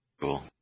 Cool